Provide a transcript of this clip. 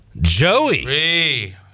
joey